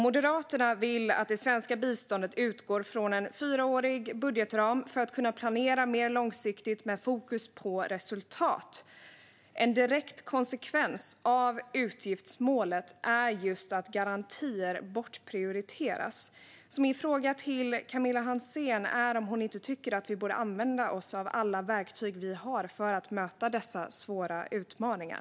Moderaterna vill att det svenska biståndet ska utgå från en fyraårig budgetram för att vi ska kunna planera mer långsiktigt med fokus på resultat. En direkt konsekvens av utgiftsmålet är just att garantier bortprioriteras. Min fråga till Camilla Hansén är om hon inte tycker att vi borde använda oss av alla verktyg vi har för att möta dessa svåra utmaningar.